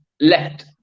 left